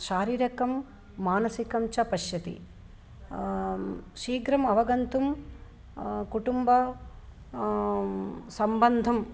शारीरिकं मानसिकं च पश्यति शीघ्रम् अवगन्तुं कुटुम्ब सम्बन्धम्